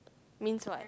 means what